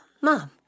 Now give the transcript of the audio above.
Mom